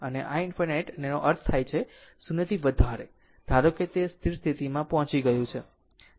અને i ∞ નો અર્થ થાય છે કે 0 થી વધારે ધારો કે તે સ્થિર સ્થિતિમાં પહોંચી ગયું છે